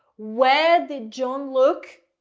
where did john look?